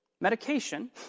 Medication